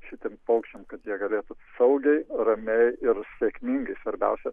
šitiem paukščiam kad jie galėtų saugiai ramiai ir sėkmingai svarbiausia